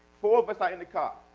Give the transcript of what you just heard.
four of us are in the car.